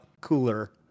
cooler